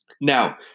Now